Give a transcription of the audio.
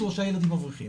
יש לי שלושה ילדים אברכים